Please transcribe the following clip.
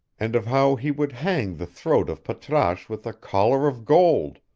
and of how he would hang the throat of patrasche with a collar of gold,